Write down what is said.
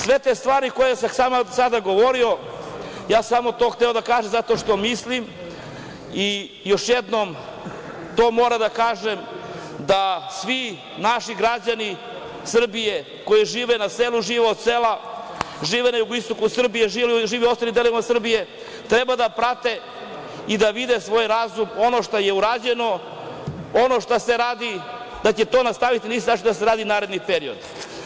Sve te stvari koje sam sada govorio, ja sam samo to hteo da kažem zato što mislim i još jednom to moram da kažem, da svi naši građani Srbije, koji žive na selu, žive od sela, žive na jugoistoku Srbije, žive u ostalim delovima Srbije, treba da prate i da vide svoj razum ono što je urađeno, ono što se radi, da će to nastaviti na isti način da se radi i u narednom periodu.